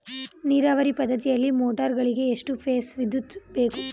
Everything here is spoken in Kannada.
ನೀರಾವರಿ ಪದ್ಧತಿಯಲ್ಲಿ ಮೋಟಾರ್ ಗಳಿಗೆ ಎಷ್ಟು ಫೇಸ್ ನ ವಿದ್ಯುತ್ ಬೇಕು?